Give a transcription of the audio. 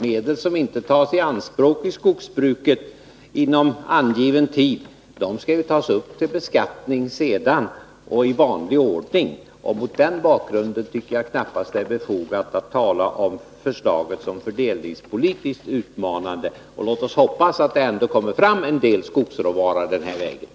Medel som inte tas i anspråk i skogsbruket inom angiven tid skall ju i vanlig ordning tas upp till beskattning senare. Mot den bakgrunden tycker jag knappast att det är befogat att säga att förslaget är fördelningspolitiskt utmanande. Låt oss hoppas att det ändå kommer fram en del skogsråvara på det här sättet.